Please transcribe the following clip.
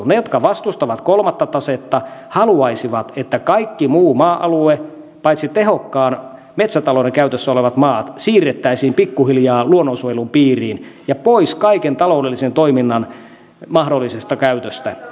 ne jotka vastustavat kolmatta tasetta haluaisivat että kaikki muu maa alue paitsi tehokkaan metsätalouden käytössä olevat maat siirrettäisiin pikkuhiljaa luonnonsuojelun piiriin ja pois kaiken taloudellisen toiminnan mahdollisesta käytöstä